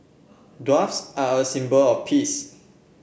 doves are a symbol of peace